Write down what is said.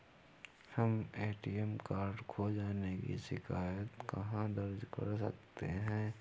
हम ATM card खो जाने की शिकायत कहाँ दर्ज कर सकते हैं?